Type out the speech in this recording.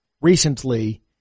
recently